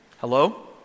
hello